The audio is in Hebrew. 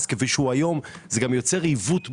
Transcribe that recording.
אבל מס כפי שהוא היום יוצר עיוות בשוק.